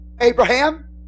Abraham